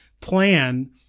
plan